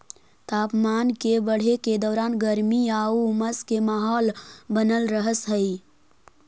तापमान के बढ़े के दौरान गर्मी आउ उमस के माहौल बनल रहऽ हइ